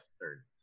third